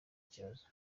kibazo